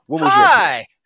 Hi